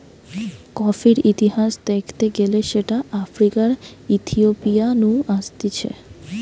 কফির ইতিহাস দ্যাখতে গেলে সেটা আফ্রিকার ইথিওপিয়া নু আসতিছে